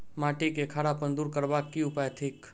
माटि केँ खड़ापन दूर करबाक की उपाय थिक?